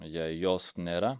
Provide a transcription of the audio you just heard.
jei jos nėra